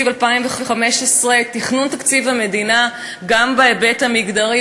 2015 תכנון תקציב למדינה גם בהיבט המגדרי,